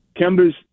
Kemba's